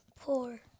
poor